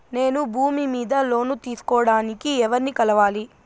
నేను భూమి మీద లోను తీసుకోడానికి ఎవర్ని కలవాలి?